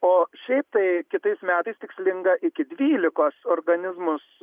o šiaip tai kitais metais tikslinga iki dvylikos organizmus